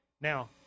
Now